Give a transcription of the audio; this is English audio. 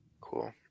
Cool